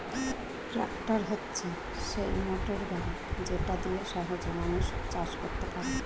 tractor হচ্ছে সেই motor গাড়ি যেটা দিয়ে সহজে মানুষ চাষ করতে পারে